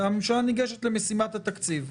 והממשלה ניגשת למשימת התקציב.